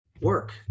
work